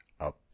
up